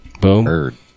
boom